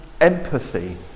empathy